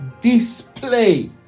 display